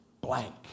blank